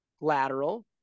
lateral